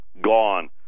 gone